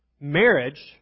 Marriage